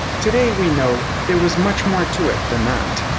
today we know there was much more to it than that.